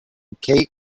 kate